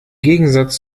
gegensatz